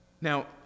Now